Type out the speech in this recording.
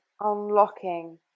unlocking